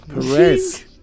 Perez